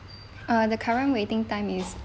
uh the current waiting time is